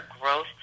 growth